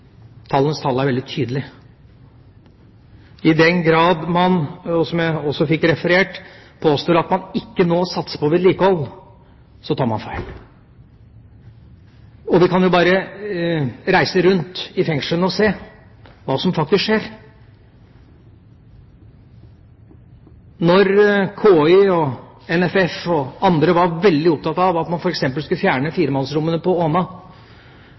Tallenes tale er veldig tydelig. I den grad man – og som jeg også fikk referert – påstår at man nå ikke satser på vedlikehold, tar man feil. Vi kan bare reise rundt til fengslene og se hva som faktisk skjer. Da KY og NFF og andre var veldig opptatt av at man f.eks. skulle fjerne firemannsrommene i Åna